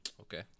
okay